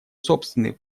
собственный